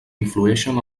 influïxen